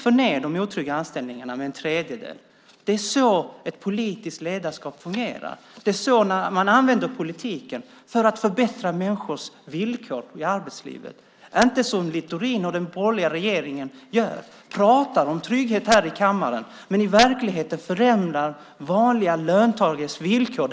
få ned antalet otrygga anställningar med en tredjedel. Det är så ett politiskt ledarskap fungerar. Det är så man använder politiken för att förbättra människors villkor i arbetslivet, i stället för att, som Littorin och den borgerliga regeringen gör, prata om trygghet här i kammaren men i verkligheten där ute förändra vanliga löntagares villkor.